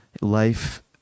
Life